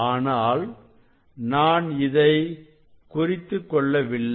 ஆனால் நான் இதை குறித்துக் கொள்ளவில்லை